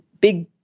big